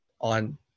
on